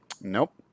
Nope